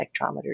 spectrometer